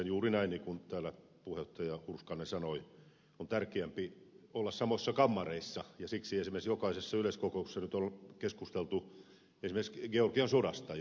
juuri näin niin kuin täällä puheenjohtaja hurskainen sanoi on tärkeämpi olla samoissa kammareissa ja siksi esimerkiksi jokaisessa yleiskokouksessa nyt on keskusteltu esimerkiksi georgian sodasta